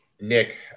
Nick